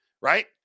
right